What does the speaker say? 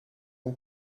een